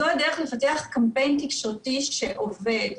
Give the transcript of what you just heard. זו הדרך לפתח קמפיין תקשורתי שעובד,